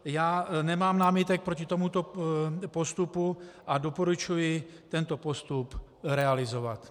Já nemám námitek proti tomuto postupu a doporučuji tento postup realizovat.